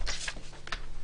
ההסתייגות נפלה.